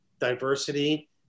diversity